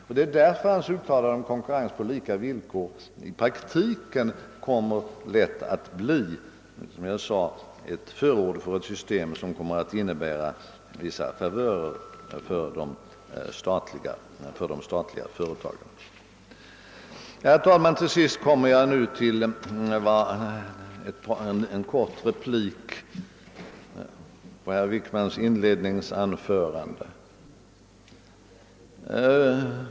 Och det är också så att hans uttalanden om konkurrens på lika villkor i praktiken lätt kommer att bli, som jag sade, förord för ett system som innebär vissa favörer för de statliga företagen. Herr talman! Slutligen vill jag ge en kort replik på herr Wickmans inledningsanförande.